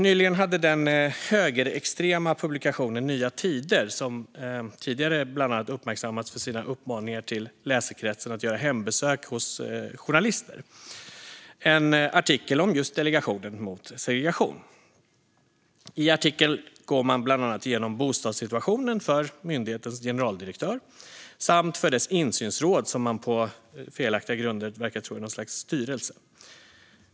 Nyligen hade den högerextrema publikationen Nya Tider, som tidigare bland annat uppmärksammats för sina uppmaningar till läsekretsen att göra hembesök hos journalister, en artikel om just Delegationen mot segregation. I artikeln går man bland annat igenom bostadssituationen för myndighetens generaldirektör samt dess insynsråd, som man på felaktiga grunder verkar tro är något slags styrelse.